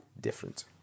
different